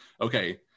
okay